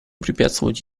препятствовать